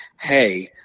Hey